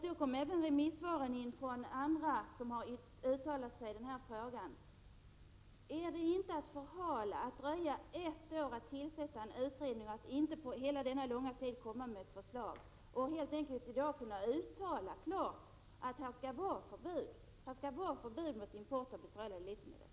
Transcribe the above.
Då kom även remissvaren in från andra som uttalat sig i denna fråga. Är det inte att förhala, när man dröjer ett år med att tillsätta en utredning, när man inte under hela denna långa tid kommer med ett förslag och när man dessutom inte i dag klart kan uttala att det skall införas ett förbud mot import av bestrålade livsmedel!